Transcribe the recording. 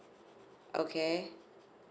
okay